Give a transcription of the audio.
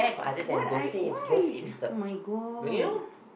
what I why oh-my-god